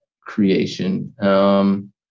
creation